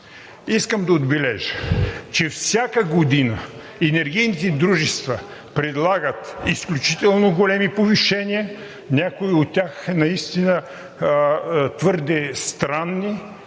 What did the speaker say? искам да отбележа, че всяка година енергийните дружества предлагат изключително големи повишения, някой от тях наистина твърде странни,